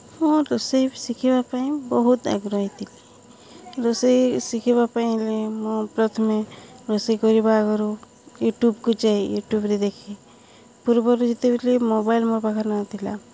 ହଁ ରୋଷେଇ ଶିଖିବା ପାଇଁ ବହୁତ ଆଗ୍ରହୀ ଥିଲି ରୋଷେଇ ଶିଖିବା ପାଇଁ ହେଲେ ମୁଁ ପ୍ରଥମେ ରୋଷେଇ କରିବା ଆଗରୁ ୟୁଟ୍ୟୁବ୍କୁ ଯାଇ ୟୁଟ୍ୟୁବ୍ରେ ଦେଖେ ପୂର୍ବରୁ ଯେତେବେଳେ ମୋବାଇଲ୍ ମୋ ପାଖରେ ନଥିଲା